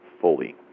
fully